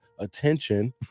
attention